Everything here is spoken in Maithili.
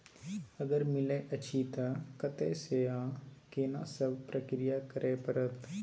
अगर मिलय अछि त कत्ते स आ केना सब प्रक्रिया करय परत?